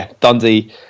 Dundee